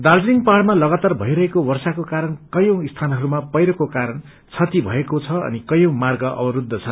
दार्जीलिङ पाइाइमा लागातार भइरहेको वर्षाको कारण कयी स्थानडस्मा पैप्नो कारण क्षति भएको छ अनि कयी मार्ग अवस्छ छन्